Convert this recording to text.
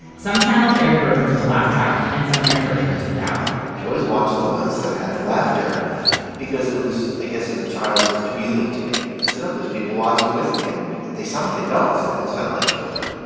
some channels aired versions of the laugh track and some aired versions without i always watched the ones that had the laughter because i guess as a child it was communal to me. i said, there's people watching with me and they sound like adults. they don't sound like children.